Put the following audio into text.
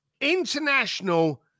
international